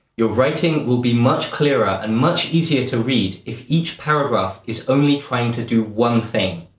your writing will be much clearer and much easier to read if each paragraph is only trying to do one thing.